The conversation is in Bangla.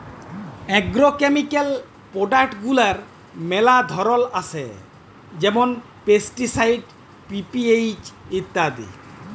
আগ্রকেমিকাল প্রডাক্ট গুলার ম্যালা ধরল আসে যেমল পেস্টিসাইড, পি.পি.এইচ ইত্যাদি